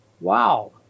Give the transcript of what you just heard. wow